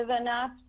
enough